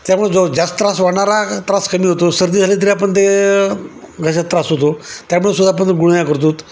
त्यामुळे जो जास्त त्रास वाढणारा त्रास कमी होतो सर्दी झाली तरी आपण ते घशात त्रास होतो त्यामुळेसुद्धा आपण गुळण्या करतो